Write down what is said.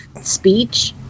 speech